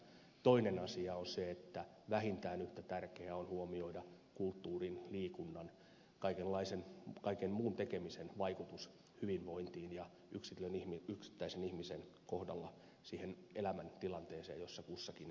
toinen asia on se että vähintään yhtä tärkeää on huomioida kulttuurin liikunnan kaiken muun tekemisen vaikutus hyvinvointiin ja yksittäisen ihmisen kohdalla siihen elämäntilanteeseen jossa kukin elää